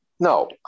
no